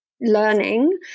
learning